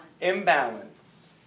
Imbalance